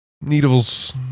needles